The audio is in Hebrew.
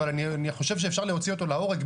אני חושב שאפשר להוציא אותו להורג,